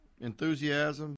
enthusiasm